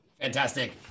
Fantastic